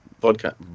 vodka